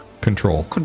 Control